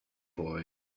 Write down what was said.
boy